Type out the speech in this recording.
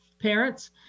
parents